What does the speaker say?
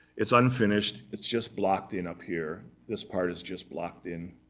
it's unfinished. it's just blocked in up here. this part is just blocked in.